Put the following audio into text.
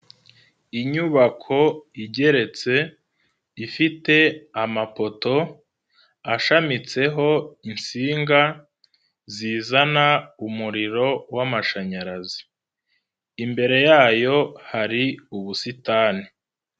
Inyubako igeretse, ifite amapoto, ashamitseho insinga zizana umuriro w'amashanyarazi, imbere yayo hari ubusitani.